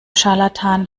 scharlatan